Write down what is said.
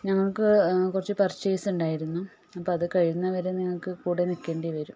ഞങ്ങൾക്ക് കുറച്ച് പർച്ചേസ് ഉണ്ടായിരുന്നു അപ്പം അത് കഴിയുന്നത് വരെ നിങ്ങൾക്ക് കൂടെ നിൽക്കേണ്ടിവരും